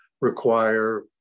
require